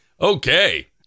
okay